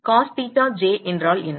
cos theta j என்றால் என்ன